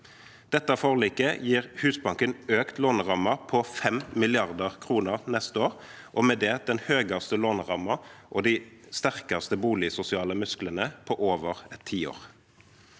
Dette forliket gir Husbanken økt låneramme på 5 mrd. kr neste år, og med det den høyeste lånerammen og de sterkeste boligsosiale musklene på over et tiår.